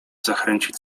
zachęcić